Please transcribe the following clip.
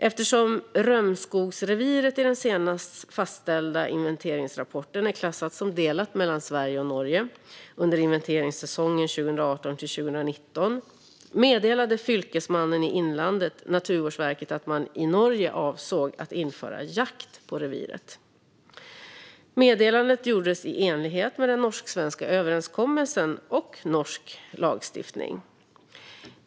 Eftersom Römskogsreviret i den senast fastställda inventeringsrapporten är klassat som delat mellan Sverige och Norge under inventeringssäsongen 2018/19 meddelade Fylkesmannen i Innlandet Naturvårdsverket att man i Norge avsåg att införa jakt i reviret. Meddelandet gjordes i enlighet med den norsk-svenska överenskommelsen och norsk lagstiftning.